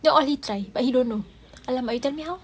they all ikan but he don't know !alamak! you tell me how